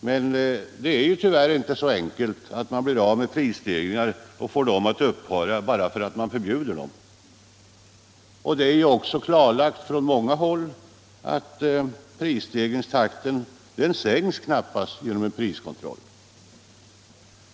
Men det är tyvärr inte så enkelt att man får prisstegringar att upphöra bara därför att man förbjuder dem. Det har också från många håll klarlagts att prisstegringstakten knappast sänks genom en priskontroll.